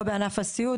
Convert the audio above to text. לא בענף הסיעוד,